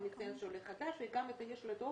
הוא מציין שהוא עולה חדש וגם יש לו את האופציה,